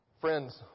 Friends